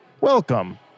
Welcome